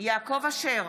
יעקב אשר,